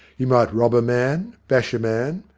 you might rob a man, bash a man,